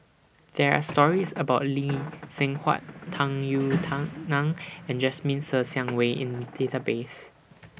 There Are stories about Lee Seng Huat Tung Yue Nang and Jasmine Ser Xiang Wei in The Database